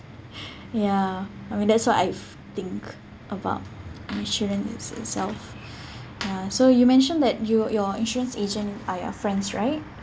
ya I mean that's what I think about insurance itself uh so you mentioned that you your insurance agent are your friends right